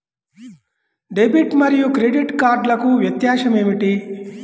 Debit మరియు credit కార్డ్లకు వ్యత్యాసమేమిటీ?